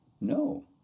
no